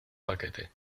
paquete